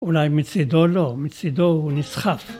אולי מצידו לא, מצידו הוא נסחף.